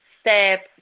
step